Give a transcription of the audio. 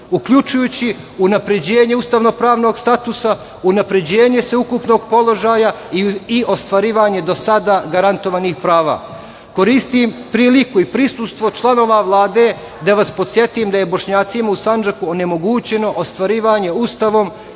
uključujući unapređenje ustavno-pravnog statusa, unapređenje sveukupnog položaja i ostvarivanje do sada garantovanih prava. Koristim priliku i prisustvo članova Vlade da vas podsetim da je Bošnjacima u Sandžaku onemogućeno ostvarivanje Ustavom